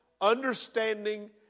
understanding